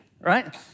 right